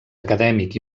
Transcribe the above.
acadèmic